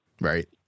Right